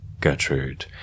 Gertrude